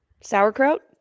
Sauerkraut